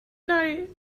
night